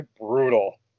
brutal